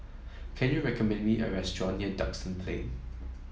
can you recommend me a restaurant near Duxton Plain